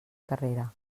carrera